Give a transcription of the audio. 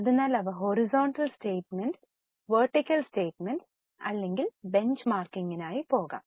അതിനാൽ അവ horizontal statement vertical statements അല്ലെങ്കിൽ ബെഞ്ച്മാർക്കിംഗിനായി പോകാം